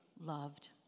loved